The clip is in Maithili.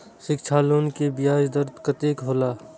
शिक्षा लोन के ब्याज दर कतेक हौला?